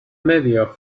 media